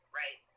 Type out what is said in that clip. right